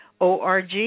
ORG